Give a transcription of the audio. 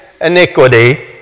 iniquity